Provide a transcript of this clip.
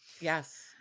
Yes